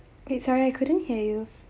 it sorry I couldn't hear you